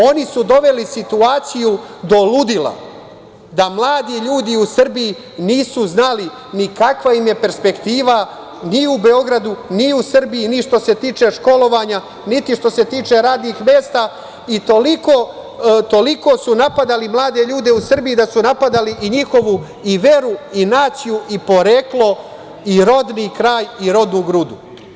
Oni su doveli situaciju do ludila, da mladi ljudi u Srbiji nisu znali ni kakva im je perspektiva ni u Beogradu, ni u Srbiji, ni što se tiče školovanja, niti što se tiče radnih mesta i toliko su napadali mlade ljude u Srbiji da su napadali i njihovu veru i naciju i poreklo i rodni kraj i rodnu grudu.